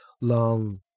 long